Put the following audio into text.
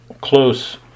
close